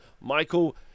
Michael